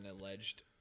alleged